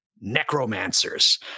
Necromancers